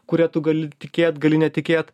kuria tu gali tikėt gali netikėt